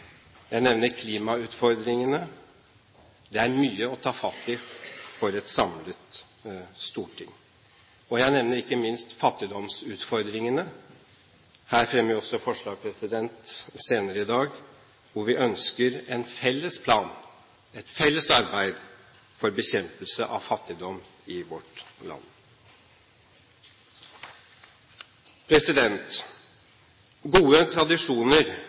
jeg nevner klimautfordringene. Det er mye å ta fatt i for et samlet storting. Og jeg nevner ikke minst fattigdomsutfordringene. Om dette fremmer vi også forslag senere i dag. Vi ønsker en felles plan, et felles arbeid, for bekjempelse av fattigdom i vårt land. Gode tradisjoner